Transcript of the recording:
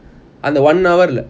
அந்த:antha one hour lah